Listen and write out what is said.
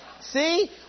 See